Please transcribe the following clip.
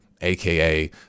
aka